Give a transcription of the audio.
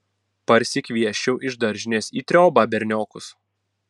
parsikviesčiau iš daržinės į triobą berniokus